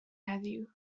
heddiw